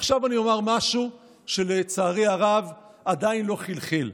עכשיו אני אומר משהו שלצערי הרב עדיין לא חלחל.